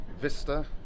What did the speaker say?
vista